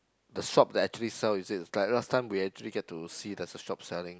the shop they actually sell is it it's like last time we actually get to see there's a shop selling